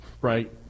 right